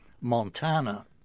Montana